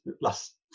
last